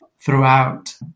throughout